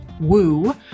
woo